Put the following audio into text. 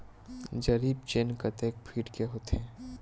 जरीब चेन कतेक फीट के होथे?